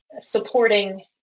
supporting